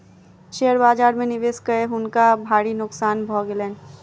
share बाजार में निवेश कय हुनका भारी नोकसान भ गेलैन